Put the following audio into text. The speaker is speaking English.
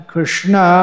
Krishna